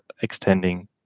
extending